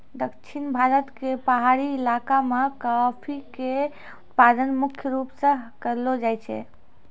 दक्षिण भारत के पहाड़ी इलाका मॅ कॉफी के उत्पादन मुख्य रूप स करलो जाय छै